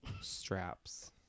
straps